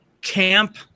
camp